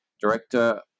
Director